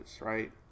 right